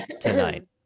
tonight